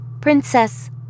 Princess